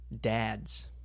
Dads